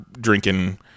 drinking